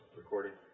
recording